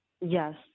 Yes